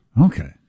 Okay